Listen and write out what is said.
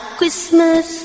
Christmas